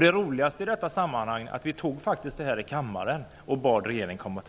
Det roligaste i sammanhanget är att vi i kammaren faktiskt beslutade om att be regeringen återkomma.